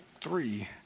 three